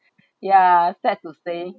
ya sad to say